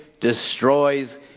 destroys